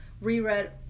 reread